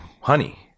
Honey